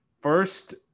first